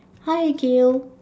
hi Gill